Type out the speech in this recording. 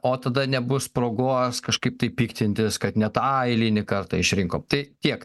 o tada nebus progos kažkaip tai piktintis kad ne tą eilinį kartą išrinko tai tiek